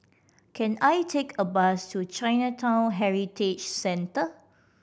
can I take a bus to Chinatown Heritage Center